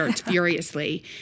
furiously